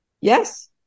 Yes